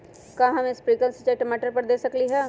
का हम स्प्रिंकल सिंचाई टमाटर पर दे सकली ह?